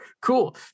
Cool